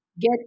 get